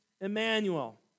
Emmanuel